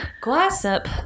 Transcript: gossip